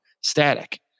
static